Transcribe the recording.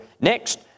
Next